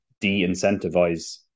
de-incentivize